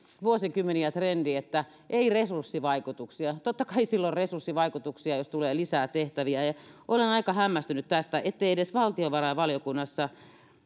vuosikymmeniä trendi että ei resurssivaikutuksia totta kai sillä on resurssivaikutuksia jos tulee lisää tehtäviä ja olen aika hämmästynyt tästä ettei edes valtiovarainvaliokunnassa